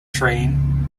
train